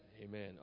Amen